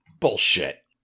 bullshit